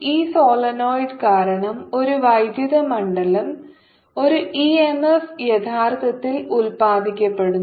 ഈ സോളിനോയിഡ് കാരണം ഒരു വൈദ്യുത മണ്ഡലം ഒരു e m f യഥാർത്ഥത്തിൽ ഉത്പാദിപ്പിക്കപ്പെടുന്നു